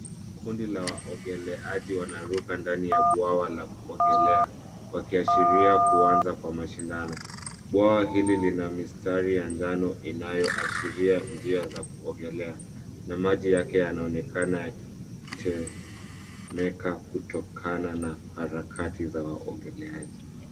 Kundi la waogeleaji wanaruka ndani ya bwawa la kuogelea, wakiashiria kuanza kwa mashindano. Bwawa hili lina mistari ya jano inayoashiria njia za kuogelea ,na maji yake yaonekana yatetemeka kutokana na harakati za waogeleaji.